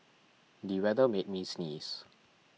the weather made me sneeze